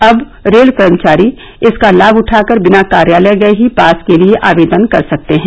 अब रेल कर्मचारी इसका लाभ उठाकर बिना कार्यालय गये ही पास के लिए आवेदन कर सकते हैं